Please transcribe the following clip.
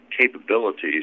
capabilities